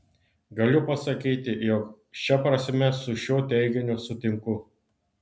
galiu pasakyti jog šia prasme su šiuo teiginiu sutinku